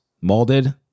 molded